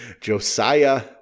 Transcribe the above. Josiah